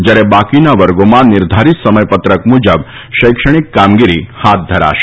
જ્યારે બાકીના વર્ગોમાં નિર્ધારીત સમયપત્રક મુજબ શૈક્ષણિક કામગીરી હાથ ધરાશે